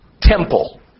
temple